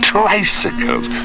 tricycles